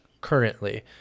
currently